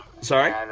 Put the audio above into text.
Sorry